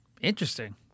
Interesting